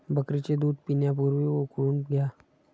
बकरीचे दूध पिण्यापूर्वी उकळून घ्या